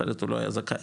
אחרת הוא לא היה זכאי,